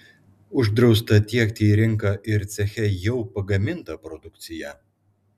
uždrausta tiekti į rinką ir ceche jau pagamintą produkciją